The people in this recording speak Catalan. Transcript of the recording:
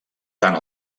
tant